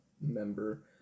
member